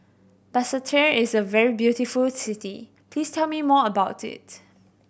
Basseterre is a very beautiful city please tell me more about it